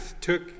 took